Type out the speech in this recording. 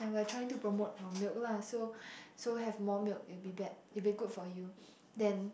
and we're trying to promote our milk lah so so have more milk it will be bad it be good for you then